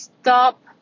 Stop